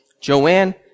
Joanne